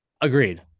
Agreed